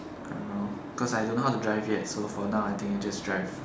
I don't know cause I don't know how to drive yet so for now I think just drive